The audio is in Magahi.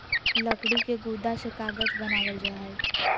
लकड़ी के गुदा से कागज बनावल जा हय